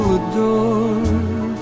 adore